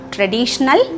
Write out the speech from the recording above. Traditional